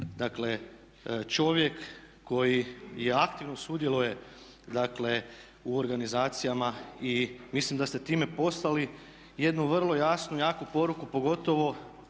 dakle čovjek koji aktivno sudjeluje dakle u organizacijama. I mislim da ste time poslali jednu vrlo jasnu, jaku poruku pogotovo